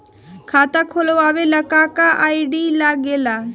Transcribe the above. खाता खोलवावे ला का का आई.डी लागेला?